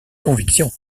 conviction